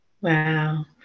Wow